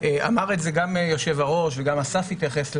אמר את זה גם היושב-ראש וגם אסף התייחס לזה,